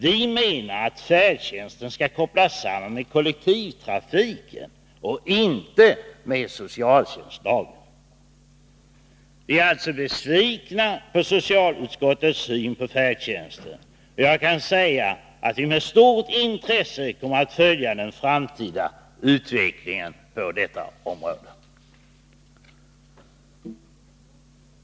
Vi anser att färdtjänsten skall kopplas samman med kollektivtrafiken och inte med socialtjänstlagen. Vi är alltså besvikna över socialutskottets syn på färdtjänsten, och jag kan säga att vi med stort intresse kommer att följa den framtida utvecklingen på detta område.